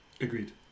Agreed